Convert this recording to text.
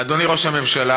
אדוני ראש הממשלה,